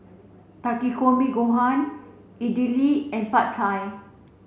Takikomi Gohan Idili and Pad Thai